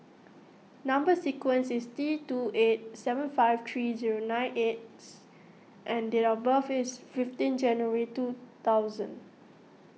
Number Sequence is T two eight seven five three zero nine X and date of birth is fifteen January two thousand